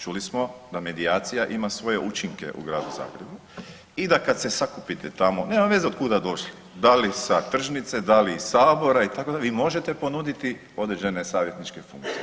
Čuli smo da medijacija ima svoje učinke u Gradu Zagrebu i da kad se sakupite tamo, nema veze od kud ste došli, da li sa tržnice, da li iz Sabora, vi možete ponuditi određene savjetničke funkcije.